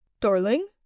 Darling